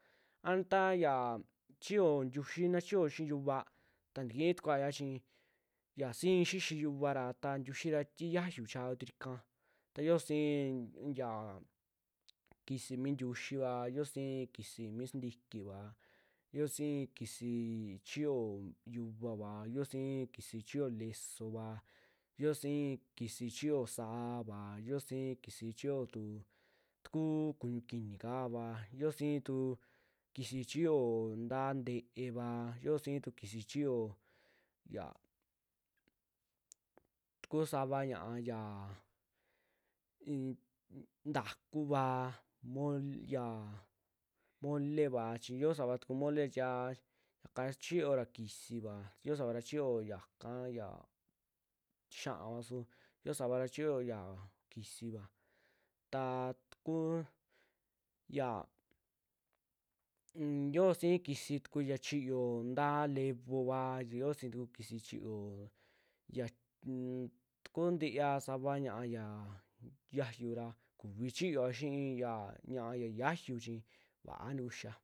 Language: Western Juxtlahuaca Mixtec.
Ata yaa chiyo ntiuxii na chiyo xii yuvaa ntikii tukua chii ya si'i xixi yuvakara, ta ntiuxi ti xiaayu chaa kuturika ta yoo si'i unyaa kisii mi ntiuxiva, ya yoo si'i kisii mi sintikiva, yoo si'i kisii chiyoo yuvaava, yoo si'i kisi chiyoo lesoova, yioo si'i kisi chiyoo saava, yoo si'i kisi chiyoo tu takuu kuñu kini kavaa, yoo si'itu kisi chiyoo ntaa nte'eva, yoo si'i tu kisi chiyoo yaa ta kuu sava ñaa'a yaa ii nn ntakuvaa mol- ya ya moleva chii yo'o sava tuku mole tiaka chiyora kisiva, yoo savara chiyo yakaa yaa tixiiava su yoo savara chiyoo kisiva, taa taku yaa yo'o sii kisituu ya chiyoo ntaa levoova, ya yoo si'i tuku kisi chiyoo ya ntuku ntiia sava ñaa'a yaa ntiayu ra kuvi chiyoa xi'i ya ña'a yaa yiaayu chi va'a ntakuxia.